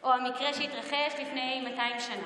או מקרה שהתרחש לפני 200 שנה.